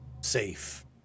safe